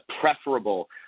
preferable